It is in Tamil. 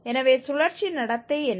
எனவே சுழற்சி நடத்தை என்ன